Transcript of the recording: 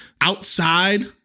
outside